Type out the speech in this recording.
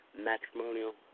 Matrimonial